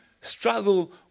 struggle